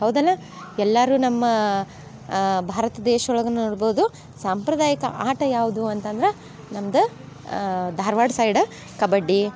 ಹೌದಲ್ವ ಎಲ್ಲರೂ ನಮ್ಮ ಭಾರತ ದೇಶ್ದೊಳಗ ನೋಡ್ಬೋದು ಸಾಂಪ್ರದಾಯಿಕ ಆಟ ಯಾವುದು ಅಂತಂದ್ರೆ ನಮ್ದು ಧಾರ್ವಾಡ ಸೈಡ ಕಬಡ್ಡಿ